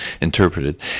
interpreted